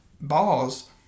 balls